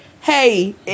Hey